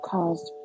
Caused